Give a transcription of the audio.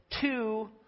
two